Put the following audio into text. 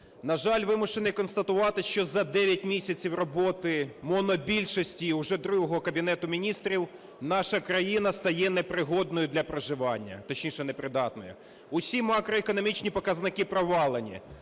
На жаль, вимушений констатувати, що за 9 місяців роботи монобільшості вже другого Кабінету Міністрів наша країна стає непригодною для проживання, точніше, непридатною, усі макроекономічні показники провалені.